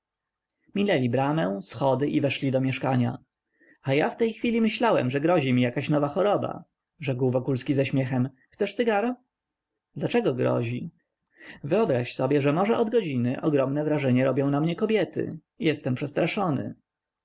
bramę schody i weszli do mieszkania a ja w tej chwili myślałem że grozi mi jakaś nowa choroba rzekł wokulski ze śmiechem chcesz cygaro dlaczego grozi wyobraź sobie że może od godziny ogromne wrażenie robią na mnie kobiety jestem przestraszony